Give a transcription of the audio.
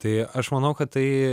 tai aš manau kad tai